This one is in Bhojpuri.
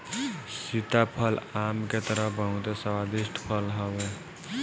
सीताफल आम के तरह बहुते स्वादिष्ट फल हवे